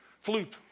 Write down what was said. flute